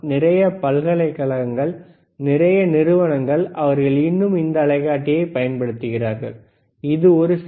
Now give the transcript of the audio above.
நிறைய பல்கலைக்கழகங்கள் நிறைய நிறுவனங்கள் அவர்கள் இன்னும் இந்த அலைக்காட்டியை பயன்படுத்துகிறார்கள் இது ஒரு சி